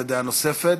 דעה נוספת,